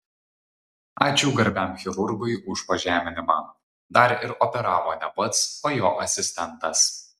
ačiū garbiam chirurgui už pažeminimą dar ir operavo ne pats o jo asistentas